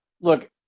Look